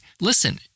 Listen